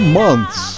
months